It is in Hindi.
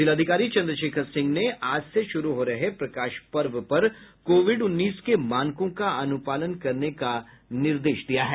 जिलाधिकारी चन्द्रशेखर सिंह ने आज से शुरू हो रहे प्रकाश पर्व पर कोविड उन्नीस के मानकों का अनुपालन करने का निर्देश दिया है